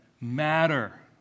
matter